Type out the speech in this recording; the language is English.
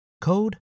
code